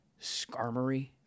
Skarmory